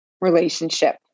relationship